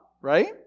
Right